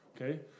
okay